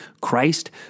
Christ